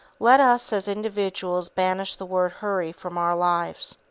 let us as individuals banish the word hurry from our lives.